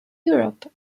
europe